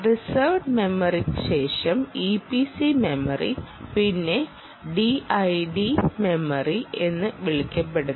reserved മെമ്മറിക്ക് ശേഷം EPC memory പിന്നെ ടിഐഡി മെമ്മറി എന്ന് വിളിക്കപ്പെടുന്നത്